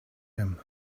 him